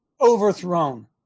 overthrown